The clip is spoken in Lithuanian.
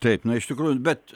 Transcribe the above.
taip na iš tikrųjų bet